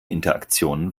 interaktion